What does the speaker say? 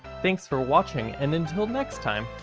thanks for watching and until next time,